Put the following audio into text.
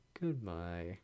goodbye